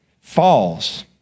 falls